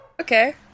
Okay